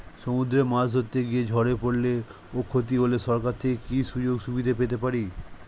সমুদ্রে মাছ ধরতে গিয়ে ঝড়ে পরলে ও ক্ষতি হলে সরকার থেকে কি সুযোগ সুবিধা পেতে পারি?